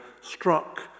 struck